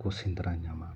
ᱠᱚ ᱥᱮᱸᱫᱽᱨᱟ ᱧᱟᱢᱟ